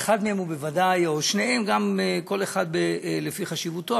כל אחד לפי חשיבותו,